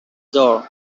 doll